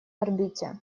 орбите